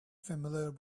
familiar